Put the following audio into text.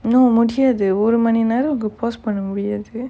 no முடியாது ஒரு மணி நேரோ:mudiyaathu oru mani nero uh pause பண்ண முடியாது:panna mudiyaathu